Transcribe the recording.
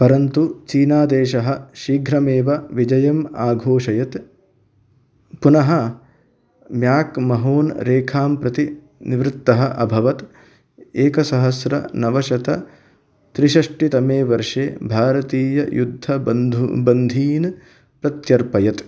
परन्तु चीनदेशः शीघ्रमेव विजयं आघोषयत् पुनः म्याक् महोन् रेखां प्रति निवृत्तः अभवत् एकसहस्रनवशतत्रिषष्ठितमे वर्षे भारतीययुद्धबन्धु बन्धीन् प्रत्यर्पयत्